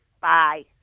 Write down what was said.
Bye